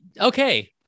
Okay